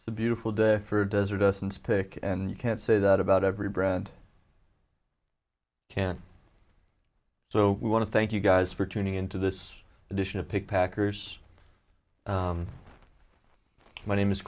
it's a beautiful day for a desert essence pick and you can't say that about every brand can so we want to thank you guys for tuning in to this edition of pick packers my name is